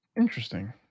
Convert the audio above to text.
Interesting